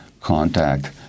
contact